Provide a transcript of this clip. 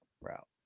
route